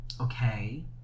okay